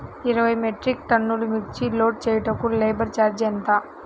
ఇరవై మెట్రిక్ టన్నులు మిర్చి లోడ్ చేయుటకు లేబర్ ఛార్జ్ ఎంత?